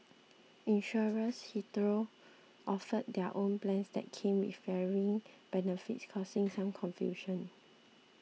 insurers hitherto offered their own plans that came with varying benefits causing some confusion